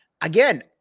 Again